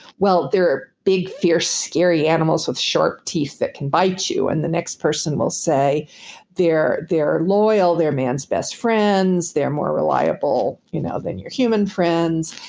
well, they're big fierce, scary animals with short teeth that can bite you. and the next person will say they're they're loyal. they're man's best friends. they're more reliable you know than your human friends.